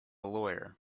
lawyer